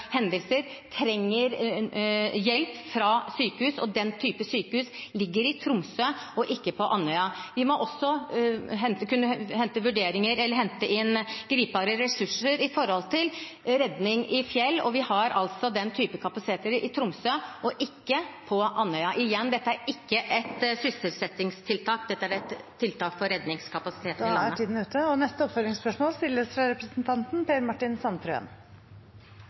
hendelser, trenger hjelp fra sykehus, og den type sykehus ligger i Tromsø, og ikke på Andøya. Vi må også kunne hente inn gripbare ressurser med tanke på redning i fjell, og vi har altså den type kapasiteter i Tromsø, og ikke på Andøya. Igjen: Dette er ikke et sysselsettingstiltak; dette er et tiltak for redningskapasiteten i landet. Det blir oppfølgingsspørsmål – først Per Martin Sandtrøen. Ambulansehelikopter er allerede blitt etablert i Tromsø og